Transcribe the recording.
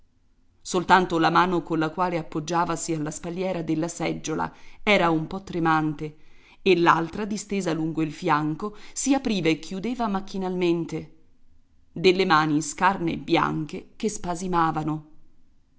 soltanto la mano colla quale appoggiavasi alla spalliera della seggiola era un po tremante e l'altra distesa lungo il fianco si apriva e chiudeva macchinalmente delle mani scarne e bianche che